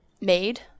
made